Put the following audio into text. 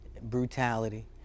brutality